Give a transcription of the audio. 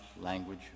language